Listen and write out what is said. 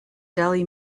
delhi